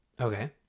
Okay